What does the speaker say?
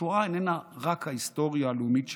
השואה איננה רק ההיסטוריה הלאומית שלנו.